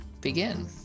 begin